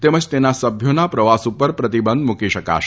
તેમજ તેના સભ્યોના પ્રવાસ ઉપર પ્રતિબંધ મૂકી શકાશે